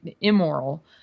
immoral